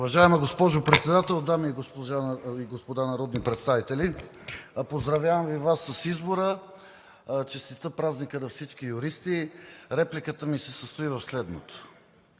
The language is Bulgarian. Уважаема госпожо Председател, дами и господа народни представители! Поздравявам Ви с избора! Честитя празника на всички юристи! Репликата ми се състои в следното.